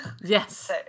Yes